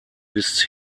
bis